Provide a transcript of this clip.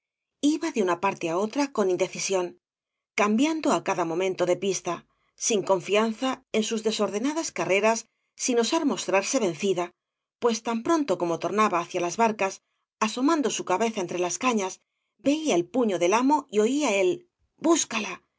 iba de una parte á otra con indecisión cambiando á cada momento de pista sin confianza en sus desordenadas carreras sin osar mostrarse vencida pues tan pronto como tornaba hacia las barcas asomando su cabeza entre las cañas veía el puño del amo y oía el búscala